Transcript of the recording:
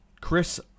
Chris